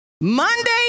Monday